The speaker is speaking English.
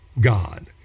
God